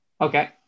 okay